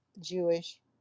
Jewish